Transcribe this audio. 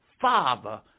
Father